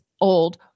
old